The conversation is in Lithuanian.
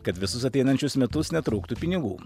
kad visus ateinančius metus netrūktų pinigų